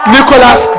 Nicholas